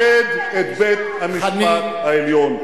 אנחנו נכבד את בית-המשפט העליון.